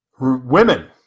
Women